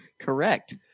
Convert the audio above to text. correct